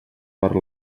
per